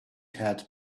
had